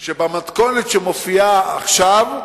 מאוד שבמתכונת שמופיעה עכשיו,